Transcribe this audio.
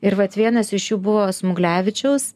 ir vat vienas iš jų buvo smuglevičiaus